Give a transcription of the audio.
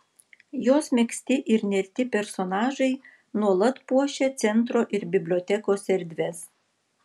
jos megzti ir nerti personažai nuolat puošia centro ir bibliotekos erdves